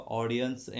audience